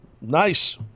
Nice